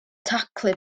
taclu